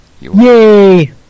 Yay